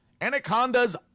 Anaconda's